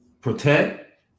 protect